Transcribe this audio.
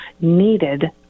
needed